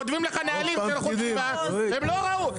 כותבים לך נהלים של איכות סביבה והם לא ראו.